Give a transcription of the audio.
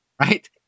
right